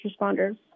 responders